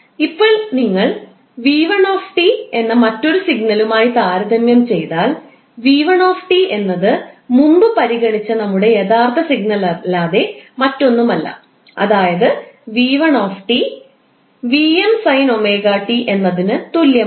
ഇപ്പോൾ നിങ്ങൾ 𝑣1𝑡 എന്ന മറ്റൊരു സിഗ്നലുമായി താരതമ്യം ചെയ്താൽ 𝑣1𝑡 എന്നത് മുമ്പ് പരിഗണിച്ച നമ്മുടെ യഥാർത്ഥ സിഗ്നൽ അല്ലാതെ മറ്റൊന്നുമല്ല അതായത് 𝑣1 𝑡 𝑉𝑚 sin𝜔𝑡എന്നതിന് തുല്യമാണ്